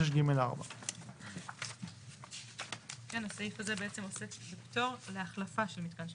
266ג4. הסעיף הזה עוסק בפטור להחלפה של מתקן שידור.